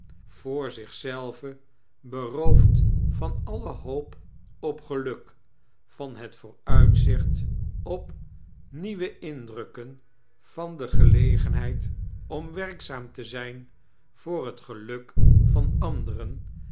voor zich zelven beroofd van alle hoop op geluk van lief vooruit icht op nieuwe indrukcharles dickens ken van de gelegenheid om werkzaam te zijn voor het geluk van anderen